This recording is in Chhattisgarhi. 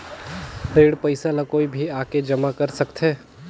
ऋण पईसा ला कोई भी आके जमा कर सकथे?